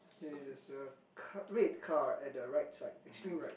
okay that's a ca~ red card at the right side extreme right